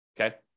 Okay